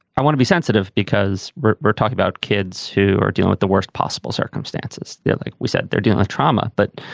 i want to be sensitive because we're we're talking about kids who are dealing with the worst possible circumstances. yeah like we said, they're dealing a trauma. but,